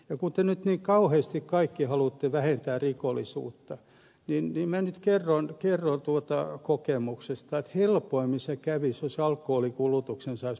kun te nyt niin kauheasti kaikki haluatte vähentää rikollisuutta niin minä kerron kokemuksesta että helpoimmin se kävisi jos alkoholin kulutuksen saisi pudotettua puoleen